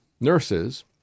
nurses